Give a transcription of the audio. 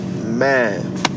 Man